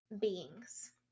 beings